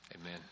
amen